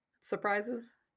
surprises